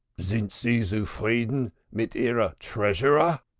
sind sie zufrieden mit ihrer treasurer?